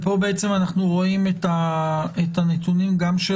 פה בעצם אנחנו רואים את הנתונים גם של